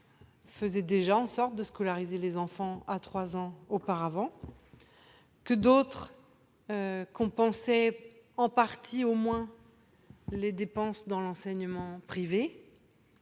faisaient déjà en sorte de scolariser les enfants à 3 ans auparavant que d'autres compenser en partie au moins, les dépenses dans l'enseignement privé